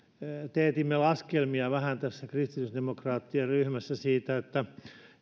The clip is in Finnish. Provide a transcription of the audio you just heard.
teetimme vähän laskelmia tässä kristillisdemokraattien ryhmässä siitä että